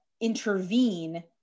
intervene